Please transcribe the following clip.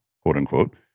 quote-unquote